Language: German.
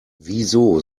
wieso